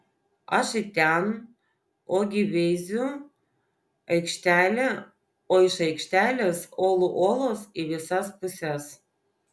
aš į ten ogi veiziu aikštelė o iš aikštelės olų olos į visas puses